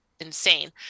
insane